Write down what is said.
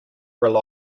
rely